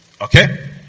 Okay